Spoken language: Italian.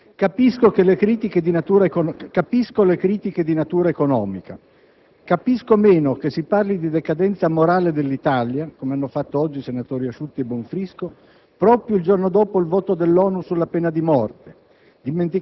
capisco le critiche di natura economica; capisco meno che si parli di decadenza morale dell'Italia, come hanno fatto oggi i senatori Asciutti e Bonfrisco proprio il giorno dopo il voto dell'ONU sulla pena di morte,